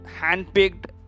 hand-picked